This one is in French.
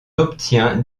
obtient